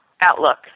outlook